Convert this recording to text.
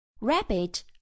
Rabbit